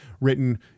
written